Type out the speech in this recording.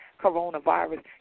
coronavirus